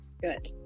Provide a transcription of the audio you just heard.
Good